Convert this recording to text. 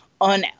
on